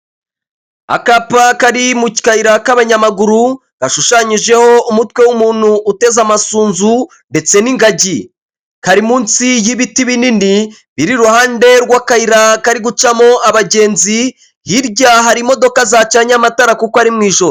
Akapa kari mu kayira k'abanyamaguru gashushanyijeho umutwe w'umuntu uteze amasunzu ndetse n'ingagi, kari munsi y'ibiti binini biri iruhande rw'akayira kari gucamo abagenzi, hirya hari imodoka zacanye amatara kuko ari mu ijoro.